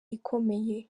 ikomeye